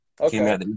Okay